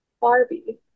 Barbie